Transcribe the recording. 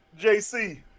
JC